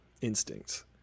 instincts